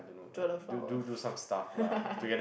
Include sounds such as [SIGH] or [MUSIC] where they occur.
draw a flower [LAUGHS]